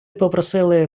попросили